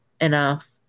enough